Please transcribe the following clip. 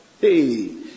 Hey